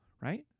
right